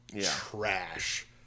trash